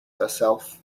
herself